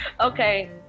Okay